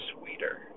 sweeter